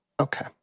Okay